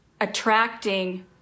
attracting